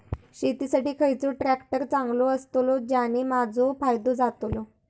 शेती साठी खयचो ट्रॅक्टर चांगलो अस्तलो ज्याने माजो फायदो जातलो?